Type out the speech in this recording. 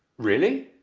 really?